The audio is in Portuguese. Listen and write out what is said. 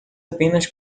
apenas